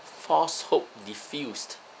falsehood diffused